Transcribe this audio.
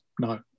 no